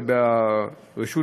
וברשות